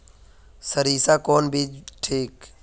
सरीसा कौन बीज ठिक?